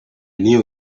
knew